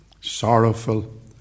sorrowful